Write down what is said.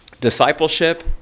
discipleship